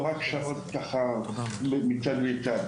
לא רק כמה שעות מצד לצד.